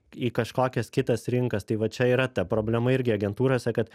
į kažkokias kitas rinkas tai va čia yra ta problema irgi agentūrose kad